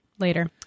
later